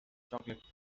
chocolate